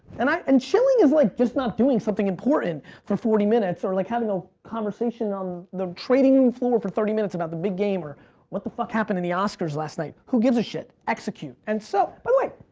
and and chilling is like just not doing something important for forty minutes or like having a conversation on the trading floor for thirty minutes about the big game or what the fuck happened in the oscars last night? who gives a shit? execute, and so, but wait,